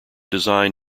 design